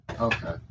Okay